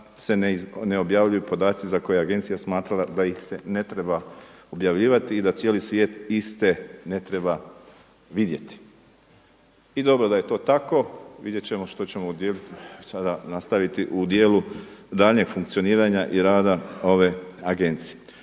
se ne objavljuju podaci za koje je agencija smatrala da ih se ne treba objavljivati i da cijeli svijet iste ne treba vidjeti. I dobro da je to tako. Vidjet ćemo što ćemo sada nastaviti u dijelu daljnjeg funkcioniranja i rada ove agencije.